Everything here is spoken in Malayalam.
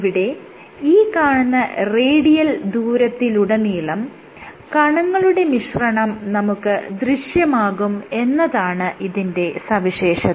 ഇവിടെ ഈ കാണുന്ന റേഡിയൽ ദൂരത്തിലുടനീളം കണങ്ങളുടെ മിശ്രണം നമുക്ക് ദൃശ്യമാകും എന്നതാണ് ഇതിന്റെ സവിശേഷത